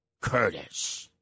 Curtis